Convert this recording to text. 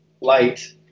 light